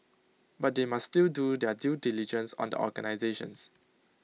but they must still do their due diligence on the organisations